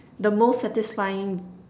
the most satisfying